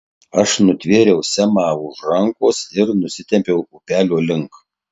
aš nutvėriau semą už rankos ir nusitempiau upelio link